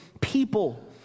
people